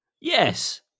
Yes